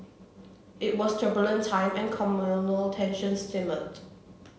it was turbulent time and communal tensions simmered